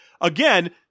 again